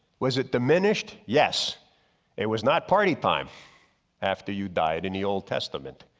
was it diminished? yes it was not party time after you died in the old testament.